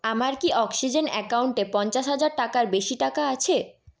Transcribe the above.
আমার কি অক্সিজেন অ্যাকাউন্টে পঞ্চাশ হাজার টাকার বেশি টাকা আছে